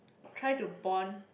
try to bond